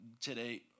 today